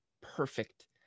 perfect